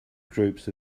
groups